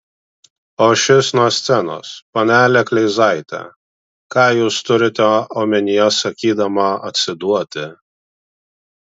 o šis nuo scenos panele kleizaite ką jūs turite omenyje sakydama atsiduoti